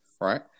right